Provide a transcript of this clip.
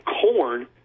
corn